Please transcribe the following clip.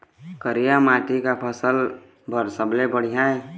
करिया माटी का फसल बर सबले बढ़िया ये?